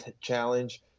challenge